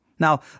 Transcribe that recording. Now